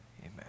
Amen